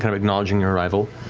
kind of acknowledging your arrival.